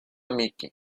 miki